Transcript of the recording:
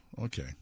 okay